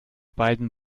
beiden